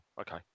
Okay